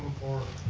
for